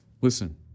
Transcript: Listen